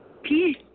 Peace